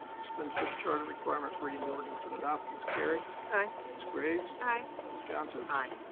dispense with the charter requirement for reading the ordinance and adopt. ms. carry. aye. ms. graves. aye. ms. johnson. aye.